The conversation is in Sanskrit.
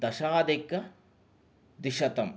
दशाधिकद्विशतम्